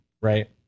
right